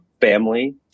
family